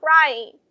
crying